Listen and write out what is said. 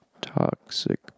toxic